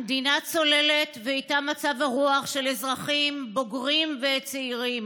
המדינה צוללת ואיתה מצב הרוח של אזרחים בוגרים וצעירים.